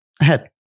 ahead